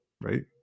right